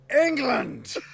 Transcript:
England